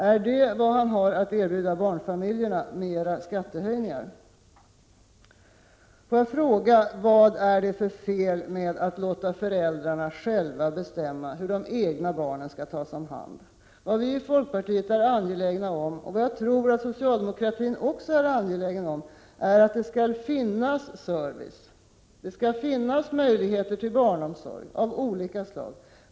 Är det vad han har att erbjuda barnfamiljerna — mera skattehöjningar? Låt mig fråga: Vad är det för fel med att låta föräldrarna själva bestämma hur de egna barnen skall tas om hand? Vad vi i folkpartiet är angelägna om och vad jag tror att också socialdemokratin är angelägen om är att det skall finnas service, att det skall finnas möjligheter till barnomsorg av olika slag.